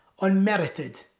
unmerited